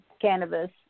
cannabis